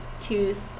tooth